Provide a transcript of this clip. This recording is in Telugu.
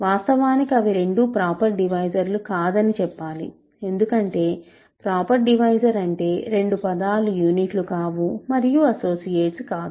వాస్తవానికి అవి రెండూ ప్రాపర్ డివైజర్లు కాదని చెప్పాలి ఎందుకంటే ప్రాపర్ డివైజర్ అంటే రెండు పదాలు యూనిట్లు కావు మరియు అసోసియేట్స్ కాదు